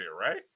right